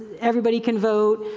everybody can vote,